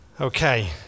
Okay